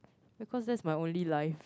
because that's my only life